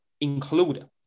include